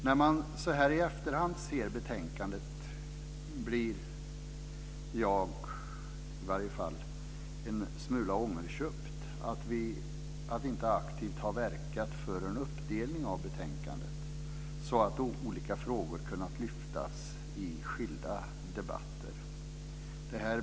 När jag så här i efterhand ser på betänkandet blir jag en smula ångerköpt över att inte aktivt ha verkat för en uppdelning av detta, så att olika frågor hade kunnat lyftas fram i skilda debatter.